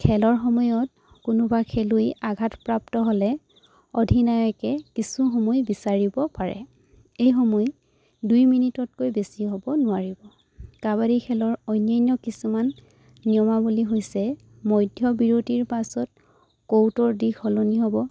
খেলৰ সময়ত কোনোবা খেলুৱৈ আঘাতপ্ৰ্ৰাপ্ত হ'লে অধিনায়কে কিছু সময় বিচাৰিব পাৰে এই সময় দুই মিনিটতকৈ বেছি হ'ব নোৱাৰিব কাবাডী খেলৰ অন্যান্য কিছুমান নিয়মাৱলী হৈছে মধ্য বিৰটিৰ পাছত কৰ্টৰ দিশ সলনি হ'ব